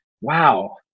wow